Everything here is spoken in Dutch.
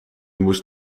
moest